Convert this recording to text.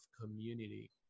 community